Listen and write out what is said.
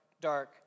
dark